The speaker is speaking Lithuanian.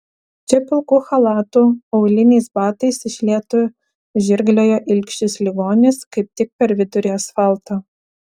čia pilku chalatu auliniais batais iš lėto žirgliojo ilgšis ligonis kaip tik per vidurį asfalto